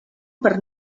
per